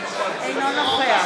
אינו נוכח